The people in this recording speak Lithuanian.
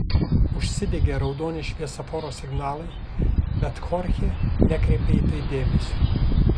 užsidegė raudoni šviesoforo signalai bet chorchė nekreipė į tai dėmesio